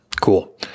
Cool